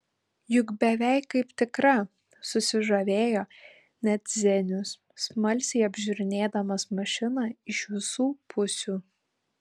juk beveik kaip tikra susižavėjo net zenius smalsiai apžiūrinėdamas mašiną iš visų pusių